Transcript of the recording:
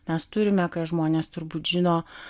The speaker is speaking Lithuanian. mes turime ką žmonės turbūt žino